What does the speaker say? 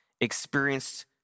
experienced